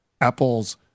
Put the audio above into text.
Apple's